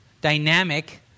dynamic